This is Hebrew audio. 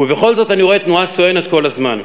ובכל זאת אני רואה תנועה סואנת כל הזמן.